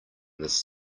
this